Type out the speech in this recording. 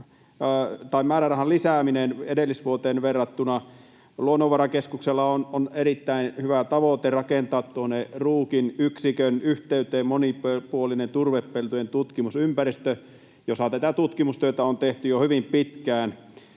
määrärahan lisääminen edellisvuoteen verrattuna. Luonnonvarakeskuksella on erittäin hyvä tavoite rakentaa tuonne Ruukin yksikön yhteyteen monipuolinen turvepeltojen tutkimusympäristö, jossa tätä tutkimustyötä on tehty jo hyvin pitkään.